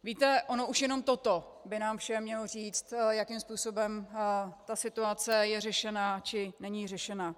Víte, ono už jenom toto by nám všem mělo říct, jakým způsobem ta situace je řešena, či není řešena.